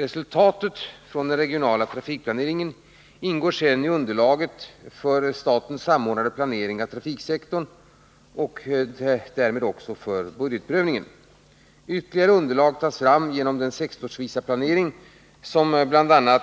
Resultatet från den regionala trafikplaneringen ingår sedan i underlaget för statsmakternas samordnade planering av trafiksektorn och därmed förbunden budgetprövning. Ytterligare underlag tas fram genom den sektorsvisa planering som bl.a.